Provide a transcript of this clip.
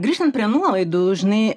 grįžtant prie nuolaidų žinai